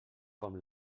com